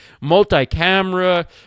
multi-camera